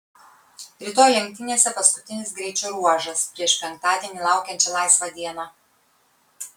rytoj lenktynėse paskutinis greičio ruožas prieš penktadienį laukiančią laisvą dieną